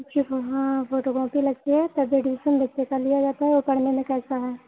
बच्चे का हाँ फोटो कॉपी लगती है तब जाके एडमिशन बच्चे का लिया जाता है पढ़ने में कैसा है